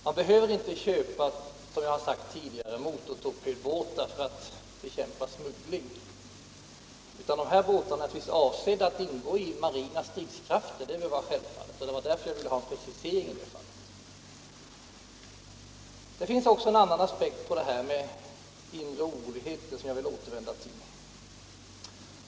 Man behöver inte, som jag har sagt tidigare, köpa motortorpedbåtar för att bekämpa smuggling, utan båtarna är naturligtvis avsedda att ingå i marina styrkor. Det är självfallet, och det är därför jag vill ha en precisering. Det finns också en annan aspekt på begreppet inre oroligheter som jag vill återvända till.